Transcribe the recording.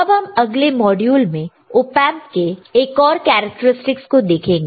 अब हम अगले मॉड्यूल में ऑपएंप एक और कैरेक्टरिस्टिक को देखेंगे